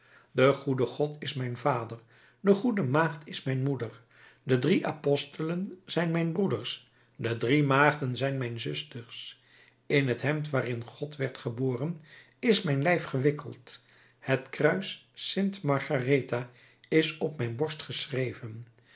de goede god is mijn vader de goede maagd is mijn moeder de drie apostelen zijn mijn broeders de drie maagden zijn mijn zusters in het hemd waarin god werd geboren is mijn lijf gewikkeld het kruis st margaretha is op mijn borst geschreven